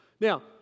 Now